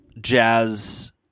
jazz